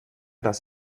das